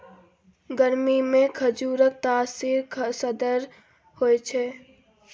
गरमीमे खजुरक तासीर सरद होए छै